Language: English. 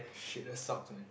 shit that sucks man